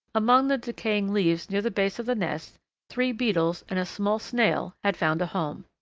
among the decaying leaves near the base of the nest three beetles and a small snail had found a home.